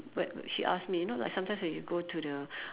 what w~ she ask me you know like sometimes when you go to the